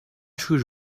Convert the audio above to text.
should